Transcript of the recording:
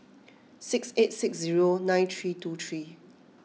six eight six zero nine three two three